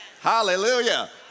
Hallelujah